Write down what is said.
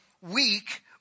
weak